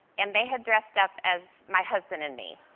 and they had dressed up as my husband and me.